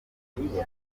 ukuri